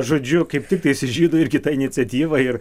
žodžiu kaip tiktais žydų ir kita iniciatyva ir